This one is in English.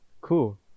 Cool